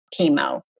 chemo